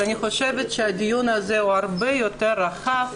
אני חושבת שהדיון הזה הוא הרבה יותר רחב